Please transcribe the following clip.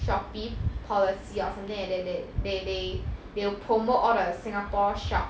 shopee policy or something like that that they they will promote all the singapore shop